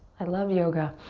i love yoga